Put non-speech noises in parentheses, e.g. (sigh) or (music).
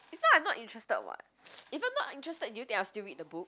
is not I'm not interested [what] (noise) even not interested do you think I'll still read the book